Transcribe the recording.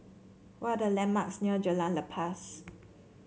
what are the landmarks near Jalan Lepas